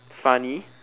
funny